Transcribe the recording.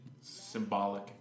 symbolic